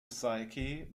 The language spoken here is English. psyche